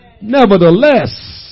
Nevertheless